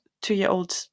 two-year-old